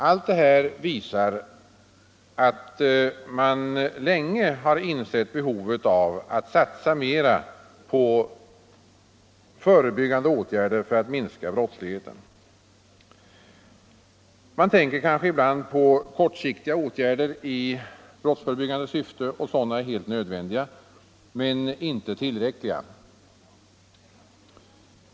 Allt detta visar att man länge har insett behovet av att satsa på förebyggande åtgärder för att minska brottsligheten. Man tänker kanske ibland på kortsiktiga åtgärder i brottsförebyggande syfte, och sådana är helt nödvändiga, men inte tillräckliga.